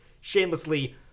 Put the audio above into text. shamelessly